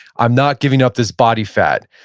i'm not giving up this body fat.